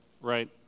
Right